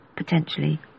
potentially